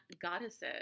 goddesses